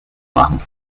machen